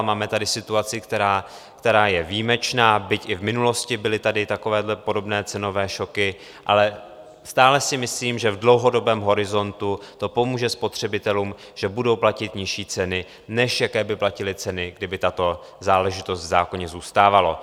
Máme tady situaci, která je výjimečná, byť i v minulosti byly tady takovéto podobné cenové šoky, ale stále si myslím, že v dlouhodobém horizontu to pomůže spotřebitelům, že budou platit nižší ceny, než jaké by platili ceny, kdyby tato záležitost v zákoně zůstávala.